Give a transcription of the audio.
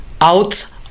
out